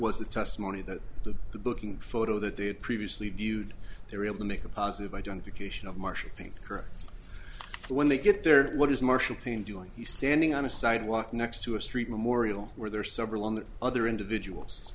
was the testimony that the the booking photo that they had previously viewed they were able to make a positive identification of marching correct when they get there what is marshall team doing he's standing on a sidewalk next to a street memorial where there are several on the other individuals